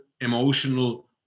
emotional